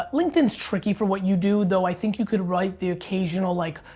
ah linkedin's tricky for what you do though i think you could write the occasional like,